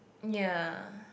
ya